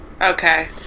Okay